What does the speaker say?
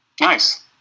Nice